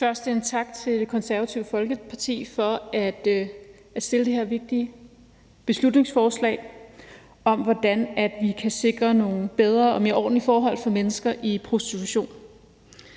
Først en tak til Det Konservative Folkeparti for at fremsætte det her vigtige beslutningsforslag om, hvordan vi kan sikre nogle ordentlige forhold for mennesker i prostitution.